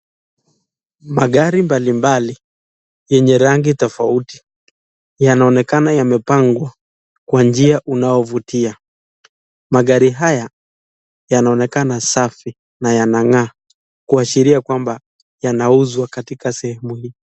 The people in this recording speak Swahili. Magari mbalimbali, yenye rangi tofauti, yanaonekana yemepangwa, kwa njia unaovutia. Magari haya yanaonekana safi na yanangaa, kuashiria kwamba yanauzwa katika sehemu hii.